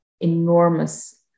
enormous